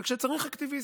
וכשצריך, אקטיביסטים,